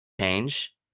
change